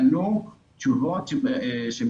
ענו תשובות של